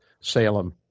Salem